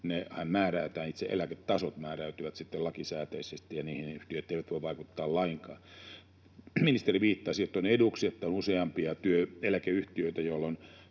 eläketasot määräytyvät lakisääteisesti, ja niihin yhtiöt eivät voi vaikuttaa lainkaan. Ministeri viittasi, että on eduksi, että on useampia työeläkeyhtiöitä, jolloin